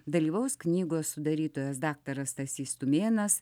dalyvaus knygos sudarytojas daktaras stasys tumėnas